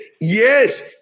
Yes